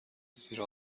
زیرا